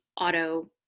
auto